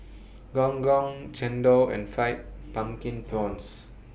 Gong Gong Chendol and Fried Pumpkin Prawns